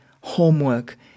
homework